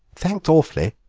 thanks awfully.